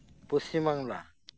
Paschim Bangla